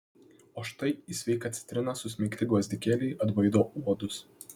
o štai į sveiką citriną susmeigti gvazdikėliai atbaido uodus